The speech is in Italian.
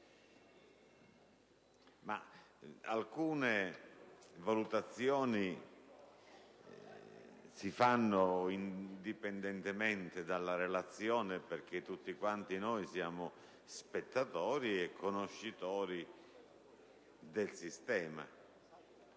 Alcune valutazioni, però, si fanno indipendentemente dalla relazione, perché tutti noi siamo spettatori e conoscitori del sistema.